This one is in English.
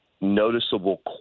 noticeable